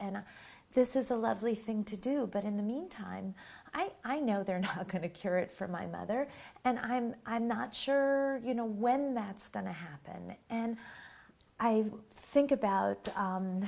and this is a lovely thing to do but in the meantime i know they're not going to cure it for my mother and i i'm i'm not sure you know when that's going to happen and i think about